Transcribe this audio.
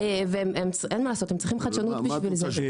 אין מה לעשות, הם צריכים חדשנות בשביל זה.